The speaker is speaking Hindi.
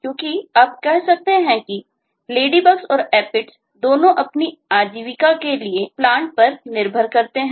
क्योंकि आप कह सकते हैं कि Ladybugs और Aphids दोनों अपनी आजीविका के लिए Plants पर निर्भर करते हैं